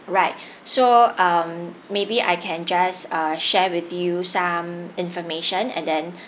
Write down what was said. right so um maybe I can just err share with you some information and then